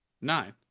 Nine